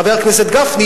חבר הכנסת גפני,